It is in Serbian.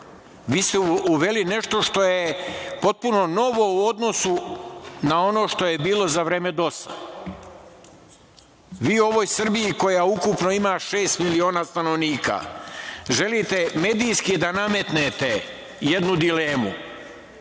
Vi ste uveli nešto što je potpuno novo u odnosu na ono što je bilo za vreme DOS-a. Vi u ovoj Srbiji, koja ukupno ima šest miliona stanovnika, želite medijski da nametnete jednu dilemu,